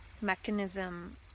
mechanism